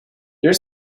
there